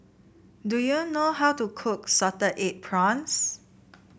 do you know how to cook Salted Egg Prawns